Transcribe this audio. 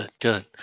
Good